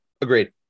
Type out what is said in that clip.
Agreed